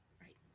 right